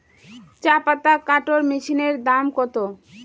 চাপাতা কাটর মেশিনের দাম কত?